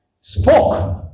spoke